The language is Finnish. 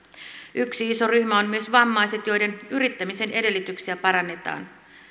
yksi iso ryhmä on myös vammaiset joiden yrittämisen edellytyksiä parannetaan